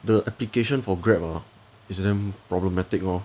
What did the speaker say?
the application for Grab ah is damn problematic hor